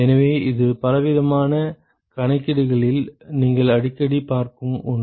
எனவே இது பலவிதமான கணக்கீடுகளில் நீங்கள் அடிக்கடி பார்க்கும் ஒன்று